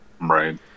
Right